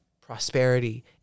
prosperity